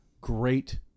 great